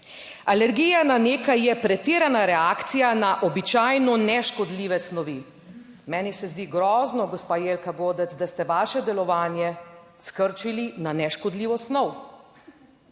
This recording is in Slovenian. Alergija na nekaj je pretirana reakcija na običajno neškodljive snovi. Meni se zdi grozno, gospa Jelka Godec, da ste vaše delovanje skrčili na neškodljivo snov.